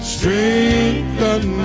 Strengthen